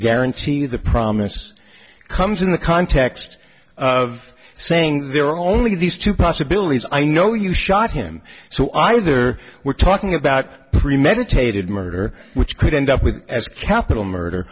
guarantee the promise comes in the context of saying there are only these two possibilities i know you shot him so either we're talking about premeditated murder which could end up with a capital murder